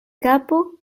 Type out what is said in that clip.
kapo